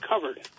covered